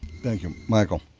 thank you. michael.